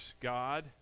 God